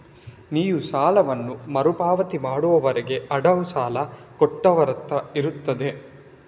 ನೀವು ಸಾಲವನ್ನ ಮರು ಪಾವತಿ ಮಾಡುವವರೆಗೆ ಅಡವು ಸಾಲ ಕೊಟ್ಟವರತ್ರ ಇರ್ತದೆ